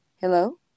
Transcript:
Hello